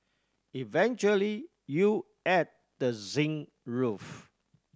eventually you add the zinc roof